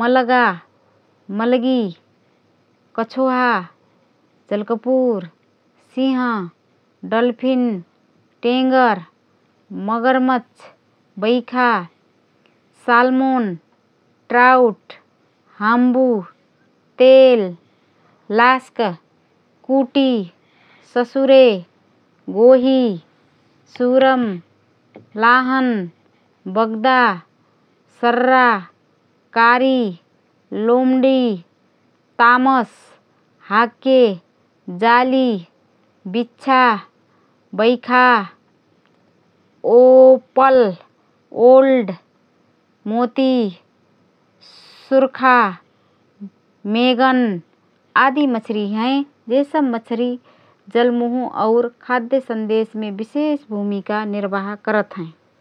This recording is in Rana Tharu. मलगा, मलगी, कछोहा, जलकपुर, सिंह, डल्फिन, टेंगर, मगरमक्ष, बैखा, सालमोन, ट्राउट, हाम्बु, तेल, लास्क, कुटी, ससुरे, गोहि, सुरम, लाहन, बग्दा, सर्रा, कारी, लोमडी, तामस, हाक्य, जाली, बिच्छा, बैखा ओपल, ओल्ड, मोती, सुर्खा, मेगन आदि मछारी हएँ । जे सब मछरी जलमोह और खाद्य सन्देशमे विशेष भूमिका निर्वाह करत हएँ ।